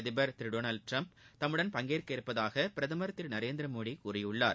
அதிபர் Thiru Donald Trump தம்முடன் பங்கேற்க உள்ளதாக பிரதமர் திரு நரேந்திரமோடி கூறியுள்ளார்